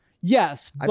Yes